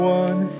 one